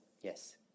yes